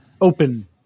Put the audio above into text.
Open